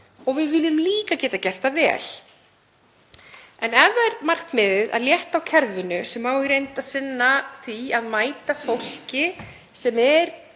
og við viljum líka geta gert það vel. En ef það er markmiðið að létta á kerfinu sem á í reynd að sinna því að mæta fólki sem er